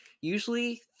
usually